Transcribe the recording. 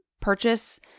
purchase